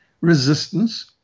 resistance